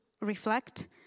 reflect